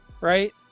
Right